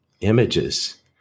images